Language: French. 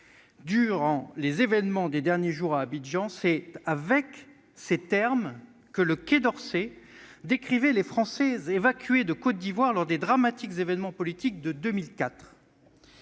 durant les événements des derniers jours à Abidjan »: c'est dans ces termes que le Quai d'Orsay décrivait les Français évacués de Côte d'Ivoire lors des dramatiques événements politiques de 2004.